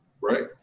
right